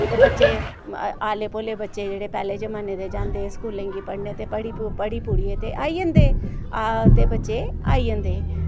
ते बच्चे आले भोले बच्चे जेह्ड़े पैह्ले जमाने दे जन्दे हे स्कूलें गी पढ़ने ते पढ़ी पुढ़ियै ते आई जन्दे हे आ ते बच्चे आई जन्दे हे